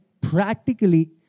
practically